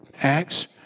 Acts